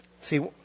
See